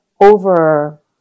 Over